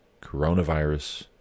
coronavirus